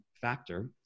factor